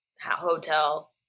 hotel